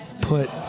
put